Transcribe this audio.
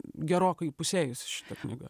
gerokai įpusėjusi šita knyga